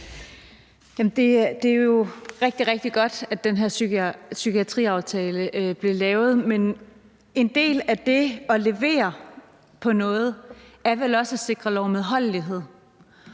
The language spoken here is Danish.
Det er jo rigtig, rigtig godt, at den her psykiatriaftale blev lavet, men en del af det at levere på noget er vel også at sikre lovmedholdelighed,